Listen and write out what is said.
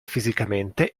fisicamente